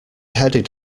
headed